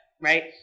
Right